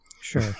Sure